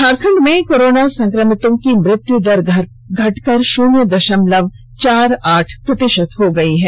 झारखंड में कोरोना संक्रमितों की मृत्युदर घटकर शून्य दषमलव चार आठ प्रतिषत हो गई है